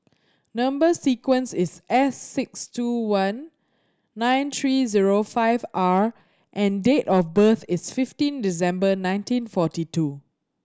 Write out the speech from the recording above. number sequence is S six two one nine three zero five R and date of birth is fifteen December nineteen forty two